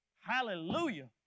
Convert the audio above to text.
Hallelujah